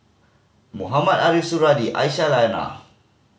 Mohamed Ariff Suradi Aisyah Lyana